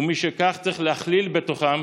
ומשכך צריך להכליל בתוכן